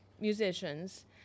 musicians